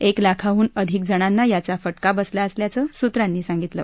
एक लाखांहून अधिक जणांना याचा फटका बसला असल्याचं सूत्रांनी सांगितलं